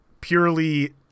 purely